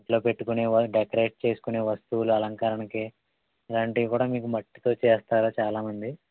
ఇంట్లో పెట్టుకునే డెకరేట్ చేసుకొనే వస్తువులు అలంకరణకి ఇలాంటివి కూడా మీకు మట్టితో చేస్తారు చాలామంది